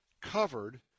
covered